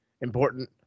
important